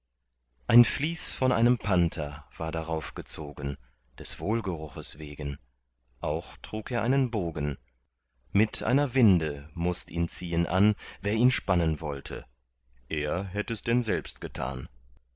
ein vließ von einem panther war darauf gezogen des wohlgeruches wegen auch trug er einen bogen mit einer winde mußt ihn ziehen an wer ihn spannen wollte er hätt es selbst denn getan